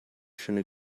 schöne